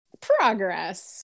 Progress